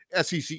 SEC